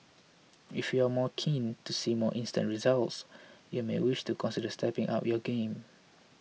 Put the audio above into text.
if you're more keen to see more instant results you may wish to consider stepping up your game